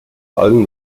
allen